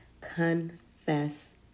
Confess